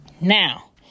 Now